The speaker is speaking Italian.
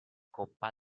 coppa